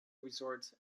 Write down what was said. resort